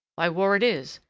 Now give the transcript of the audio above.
why, war it is,